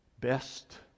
best